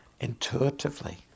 intuitively